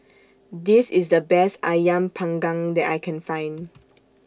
This IS The Best Ayam Panggang that I Can Find